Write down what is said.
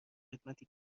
خدمتی